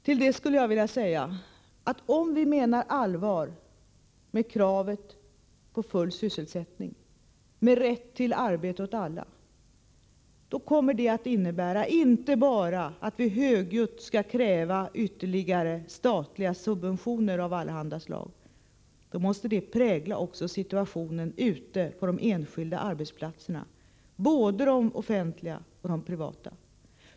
Till det skulle jag vilja säga, att om vi menar allvar med kravet på full sysselsättning, med rätt till arbete åt alla, kommer det att innebära inte bara att vi högljutt skall kräva ytterligare statliga subventioner av allehanda slag, utan också att vi ställer samma krav ute på de enskilda arbetsplatserna, både de offentliga och de privata.